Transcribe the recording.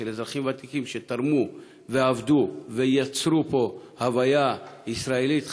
על אזרחים ותיקים שתרמו ועבדו ויצרו פה הוויה ישראלית חזקה,